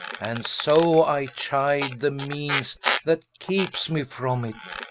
and so i chide the meanes that keepes me from it,